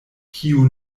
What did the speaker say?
kiu